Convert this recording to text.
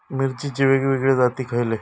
मिरचीचे वेगवेगळे जाती खयले?